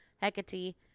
Hecate